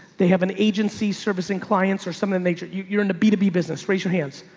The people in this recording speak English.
they have an agency servicing clients or some of them major. you're in a b two b business. raise your hands